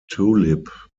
tulip